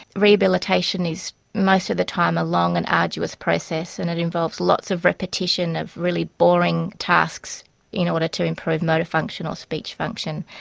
rehabilitation is most the time a long and arduous process and it involves lots of repetition of really boring tasks in order to improve motor function or speech function.